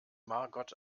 margot